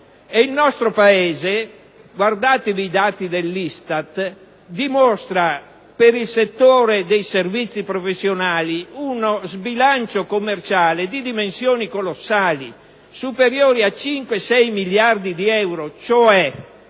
il nostro Paese - guardatevi i dati dell'ISTAT- dimostra per il settore dei servizi professionali uno sbilancio commerciale di dimensioni colossali, tra 5 e 6 miliardi di euro, il